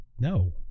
no